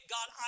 God